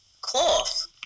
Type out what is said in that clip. cloth